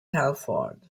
telford